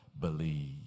believe